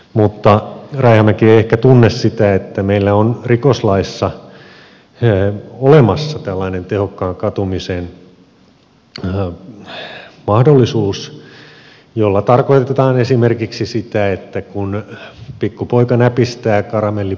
mutta rajamäki ei ehkä tunne sitä että meillä on rikoslaissa olemassa tällainen tehokkaan katumisen mahdollisuus jolla tarkoitetaan esimerkiksi sitä että kun pikkupoika näpistää karamellit